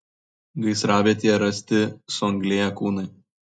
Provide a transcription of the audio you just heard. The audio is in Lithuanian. gaisravietėje rasti suanglėję kūnai